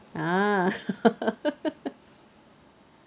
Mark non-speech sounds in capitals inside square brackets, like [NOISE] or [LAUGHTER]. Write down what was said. ah [LAUGHS]